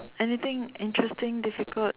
anything interesting difficult